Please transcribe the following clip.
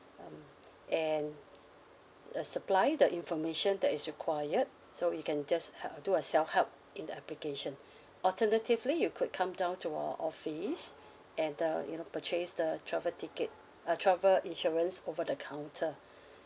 um and uh supply the information that is required so we can just help do a self-help in the application alternatively you could come down to our office and uh you know purchase the travel ticket uh travel insurance over the counter